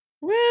Woo